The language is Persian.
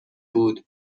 بود